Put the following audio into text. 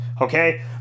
okay